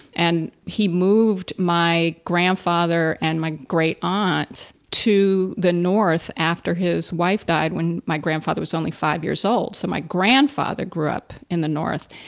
and he moved my grandfather and my great aunt to the north after his wife died when my grandfather was only five years old. so, my grandfather grew up in the north.